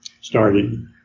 started